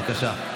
בבקשה.